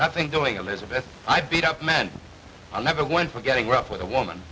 nothing doing elizabeth i beat up men i'm never one for getting rough with a woman